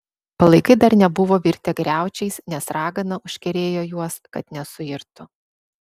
palaikai dar nebuvo virtę griaučiais nes ragana užkerėjo juos kad nesuirtų